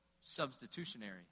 substitutionary